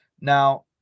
Now